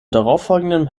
darauffolgenden